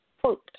Quote